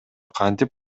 кантип